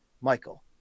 Michael